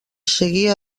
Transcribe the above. seguia